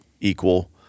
equal